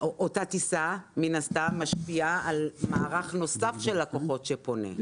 אותה טיסה מן הסתם משפיעה על מערך נוסף של לקוחות שפונים.